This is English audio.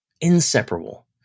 Inseparable